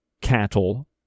cattle